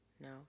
No